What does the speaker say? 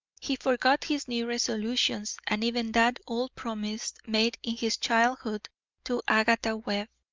he forgot his new resolutions and even that old promise made in his childhood to agatha webb,